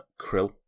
Krill